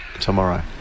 tomorrow